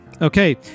Okay